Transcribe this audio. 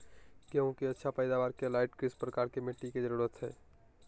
गेंहू की अच्छी पैदाबार के लाइट किस प्रकार की मिटटी की जरुरत है?